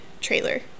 trailer